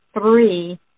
three